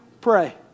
pray